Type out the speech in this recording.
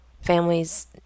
families